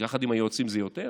יחד עם היועצים זה יותר,